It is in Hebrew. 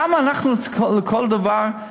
למה אנחנו לכל דבר,